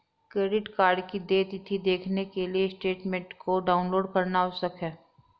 credit card की देय तिथी देखने के लिए स्टेटमेंट को डाउनलोड करना आवश्यक है